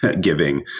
giving